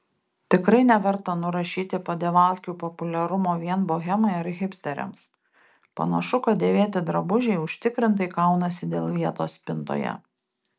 tikrai neverta nurašyti padevalkių populiarumo vien bohemai ar hipsteriams panašu kad dėvėti drabužiai užtikrintai kaunasi dėl vietos spintoje